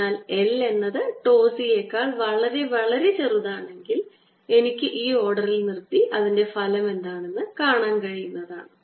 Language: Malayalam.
അതിനാൽ l എന്നത് τ C യേക്കാൾ വളരെ വളരെ ചെറുതാണെങ്കിൽ എനിക്ക് ഈ ഓർഡറിൽ നിർത്തി അതിന്റെ ഫലം എന്താണെന്ന് കാണാൻ കഴിയുന്നതാണ്